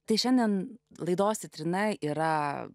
tai šiandien laidos citrina yra